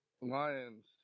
Lions